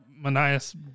Manias